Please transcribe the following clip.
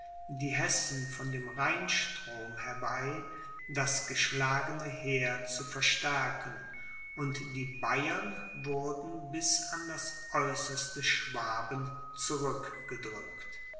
die hessen von dem rheinstrom herbei das geschlagene heer zu verstärken und die bayern wurden bis an das äußerste schwaben